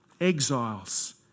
exiles